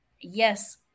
yes